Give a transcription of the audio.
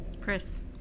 chris